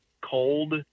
cold